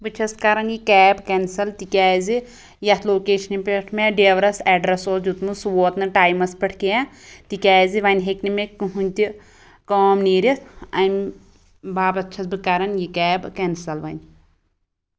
بہٕ چھَس کران یہِ کیب کینسل تِکیازِ یَتھ لوکیشنہِ پٮ۪ٹھ مےٚ ڈریورَس ایڈرَس اوس دیُمُت سُہ ووٚت نہٕ ٹایمَس پٮ۪ٹھ کیٚنہہ تِکیازِ وَنۍ ہٮ۪کۍ نہٕ مےٚ کٔہیٖنۍ تہِ کٲم نیٖرِس اَمہِ باپَتھ چھَس بہٕ کران یہِ کٮ۪ب کٮ۪نسَل وَنۍ